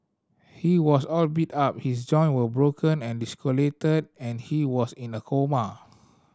he was all beat up his joint were broken and dislocated and he was in a coma